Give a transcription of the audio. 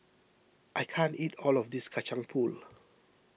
I can't eat all of this Kacang Pool